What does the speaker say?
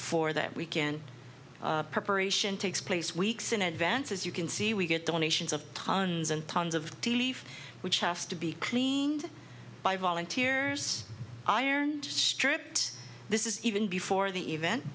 for that week in preparation takes place weeks in advance as you can see we get donations of tons and tons of tealeaf which have to be cleaned by volunteers iron stripped this is even before the event